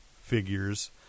figures